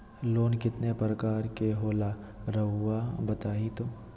Loan कितने पारकर के होला रऊआ बताई तो?